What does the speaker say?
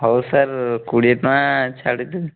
ହଉ ସାର୍ କୋଡ଼ିଏ ଟଙ୍କା ଛାଡ଼ି ଦେବି